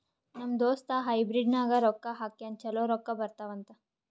ನಮ್ ದೋಸ್ತ ಹೈಬ್ರಿಡ್ ನಾಗ್ ರೊಕ್ಕಾ ಹಾಕ್ಯಾನ್ ಛಲೋ ರೊಕ್ಕಾ ಬರ್ತಾವ್ ಅಂತ್